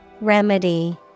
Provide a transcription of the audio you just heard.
Remedy